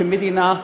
כמדינה,